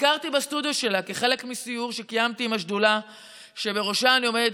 ביקרתי בסטודיו שלה כחלק מסיור שקיימתי עם השדולה שבראשה אני עומדת,